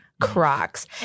Crocs